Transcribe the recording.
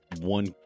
one